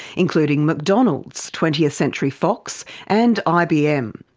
including mcdonalds, twentieth century fox and ibm.